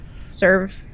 serve